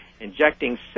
injecting